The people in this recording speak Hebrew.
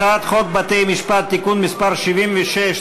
הצעת חוק בתי-המשפט (תיקון מס' 76),